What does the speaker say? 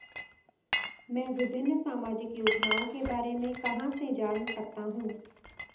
मैं विभिन्न सामाजिक योजनाओं के बारे में कहां से जान सकता हूं?